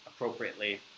appropriately